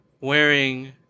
wearing